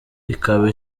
ikaba